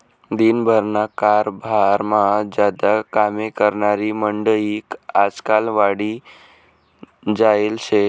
दिन भरना कारभारमा ज्यादा कामे करनारी मंडयी आजकाल वाढी जायेल शे